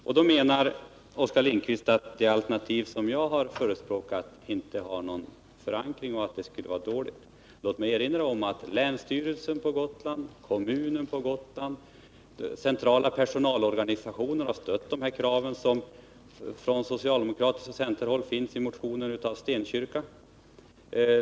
Oskar Lindkvist menar att det alternativ jag har förespråkat inte har någon förankring och skulle vara dåligt. Låt mig erinra om att länsstyrelsen och kommunen på Gotland och centrala personalorganisationer har stött dessa krav från socialdemokratiskt håll och centerhåll som finns i motionen av bl.a. Torsten Gustafsson i Stenkyrka.